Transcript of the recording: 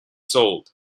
sold